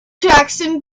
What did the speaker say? jackson